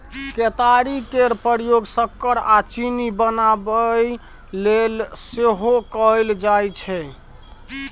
केतारी केर प्रयोग सक्कर आ चीनी बनाबय लेल सेहो कएल जाइ छै